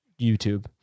YouTube